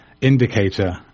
indicator